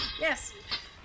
Yes